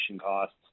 costs